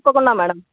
తప్పకుండా మేడమ్